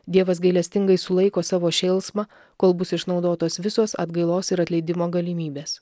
dievas gailestingai sulaiko savo šėlsmą kol bus išnaudotos visos atgailos ir atleidimo galimybės